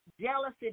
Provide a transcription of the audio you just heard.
jealousy